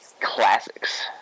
classics